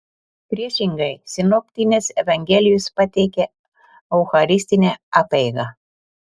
priešingai sinoptinės evangelijos pateikia eucharistinę apeigą